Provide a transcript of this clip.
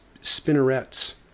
spinnerets